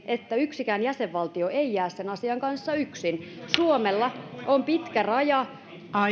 että yksikään jäsenvaltio ei jää sen asian kanssa yksin suomella on pitkä raja